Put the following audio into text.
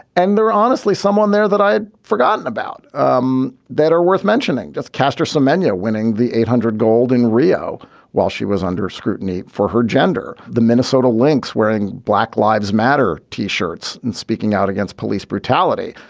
and they're honestly someone there that i had forgotten about um that are worth mentioning, just caster semenya winning the eight hundred gold in rio while she was under scrutiny for her gender. the minnesota lynx wearing black lives matter t-shirts and speaking out against police brutality,